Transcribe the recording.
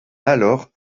alors